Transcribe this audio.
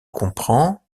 comprend